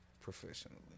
Professionally